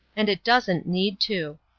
and doesn't need to.